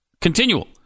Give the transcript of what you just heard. Continual